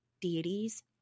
deities